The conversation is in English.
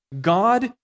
God